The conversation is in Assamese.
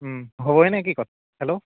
হ'বই নেকি ক'ত হেল্ল'